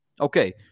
Okay